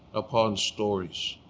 upon stories.